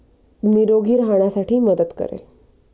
निरोगी राहण्यासाठी मदत करेल